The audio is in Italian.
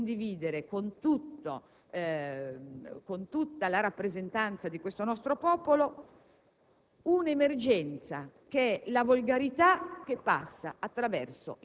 di poter condividere con tutta la rappresentanza del nostro popolo l'emergenza della volgarità